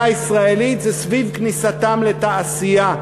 הישראלית זה סביב כניסתם לתעשייה.